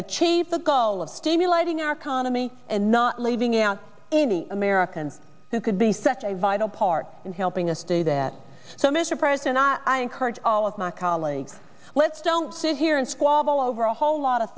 achieved the goal of stimulating our khana me and not leaving out any americans who could be such a vital part in helping us do that so mr pres and i encourage all of my colleagues let's don't sit here and squabble over a whole lot of